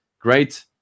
great